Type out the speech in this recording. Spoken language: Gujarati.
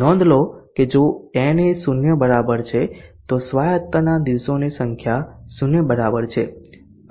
નોંધ લો કે જો na શૂન્ય બરાબર છે તો સ્વાયતતાના દિવસોની સંખ્યા શૂન્ય બરાબર છે